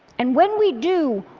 and when we do,